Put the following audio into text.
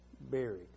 buried